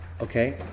Okay